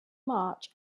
march